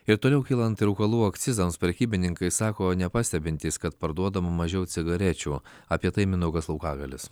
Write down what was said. ir toliau kylant rūkalų akcizams prekybininkai sako nepastebintys kad parduodama mažiau cigarečių apie tai mindaugas laukagalis